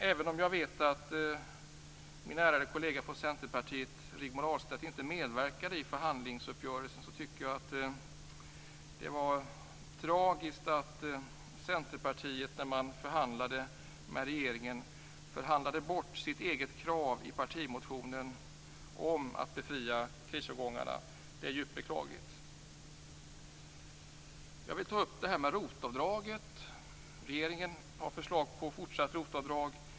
Även om jag vet att min ärade kollega från Centerpartiet Rigmor Ahlstedt inte medverkade i förhandlingsuppgörelsen, tycker jag att det var tragiskt att Centerpartiet när man förhandlade med regeringen förhandlade bort sitt eget krav i partimotionen om att befria krisårgångarna. Det är djupt beklagligt. Jag vill också ta upp ROT-avdraget. I propositionen har regeringen förslag om fortsatt ROT-avdrag.